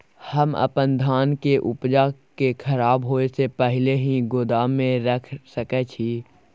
हम अपन धान के उपजा के खराब होय से पहिले ही गोदाम में रख सके छी?